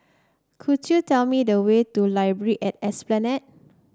could you tell me the way to Library at Esplanade